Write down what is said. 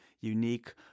unique